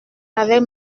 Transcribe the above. avec